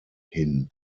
hin